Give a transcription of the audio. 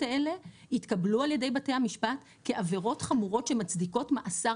האלה יתקבלו על ידי בתי המשפט כעבירות חמורות שמצדיקות מאסר